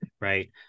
right